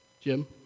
Jim